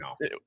no